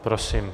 Prosím.